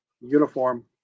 uniform